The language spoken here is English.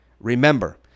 remember